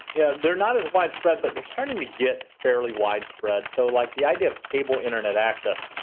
yeah, they're not as widespread but they're starting to get fairly widespread. so like the idea of cable internet access,